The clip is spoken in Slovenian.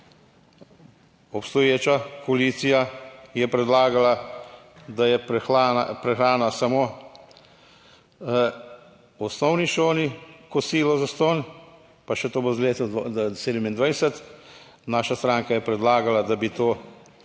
obstoječa koalicija je predlagala, da je prehrana samo v osnovni šoli, kosilo zastonj, pa še to bo leta 2027. Naša stranka je predlagala, da bi to,